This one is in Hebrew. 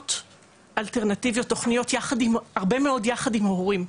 בתוכניות אלטרנטיביות, הרבה מאוד יחד עם הורים,